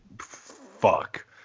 fuck